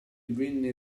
venne